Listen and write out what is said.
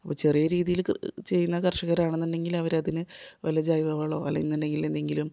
അപ്പം ചെറിയ രീതിയിൽ ചെയ്യുന്ന കർഷകരാണെന്നുണ്ടെങ്കിൽ അവരതിന് വല്ല ജൈവ വളമോ അല്ലെ ന്നുണ്ടെങ്കിൽ എന്തെങ്കിലും